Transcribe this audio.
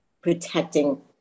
protecting